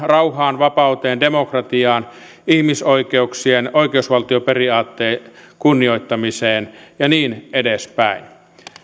rauhaan vapauteen demokratiaan ja ihmisoikeuksien ja oikeusvaltioperiaatteen kunnioittamiseen ja niin edespäin